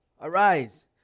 Arise